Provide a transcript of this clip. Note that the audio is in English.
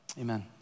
Amen